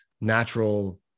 natural